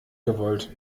gewollt